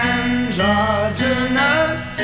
Androgynous